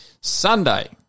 Sunday